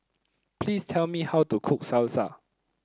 please tell me how to cook Salsa